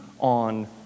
on